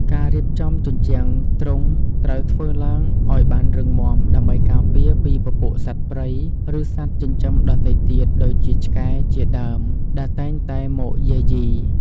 ការរៀបចំជញ្ជាំងទ្រុងត្រូវធ្វើឡើងឲ្យបានរឹងមាំដើម្បីការពារពីពពួកសត្វព្រៃឬសត្វចិញ្ចឹមដទៃទៀតដូចជាឆ្កែជាដើមដែលតែងតែមកយាយី។